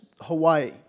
Hawaii